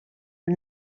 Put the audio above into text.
are